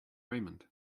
raymond